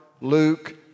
Luke